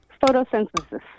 Photosynthesis